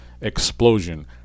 explosion